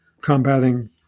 combating